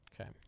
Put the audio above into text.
Okay